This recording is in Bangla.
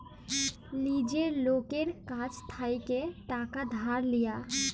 লীজের লকের কাছ থ্যাইকে টাকা ধার লিয়া